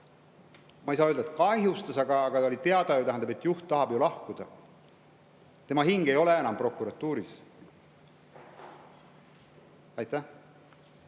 ma ei saa öelda, et kahjustas, aga oli ju teada, et juht tahab lahkuda. Tema hing ei ole enam prokuratuuris. Aitäh!